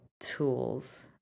tools